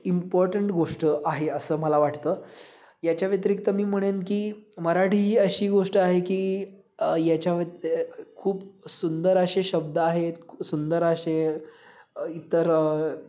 important गोष्ट आहे असं मला वाटतं याच्या व्यतिरिक्त मी म्हणेन की मराठी ही अशी गोष्ट आहे की याच्या व्य खूप सुंदर असे शब्द आहेत सुंदर असे इतर